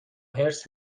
حرص